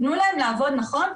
תנו להם לעבוד נכון,